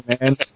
man